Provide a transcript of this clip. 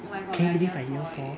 oh my god we are year four eh